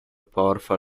powerful